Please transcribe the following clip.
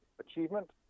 Achievement